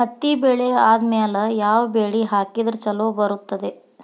ಹತ್ತಿ ಬೆಳೆ ಆದ್ಮೇಲ ಯಾವ ಬೆಳಿ ಹಾಕಿದ್ರ ಛಲೋ ಬರುತ್ತದೆ?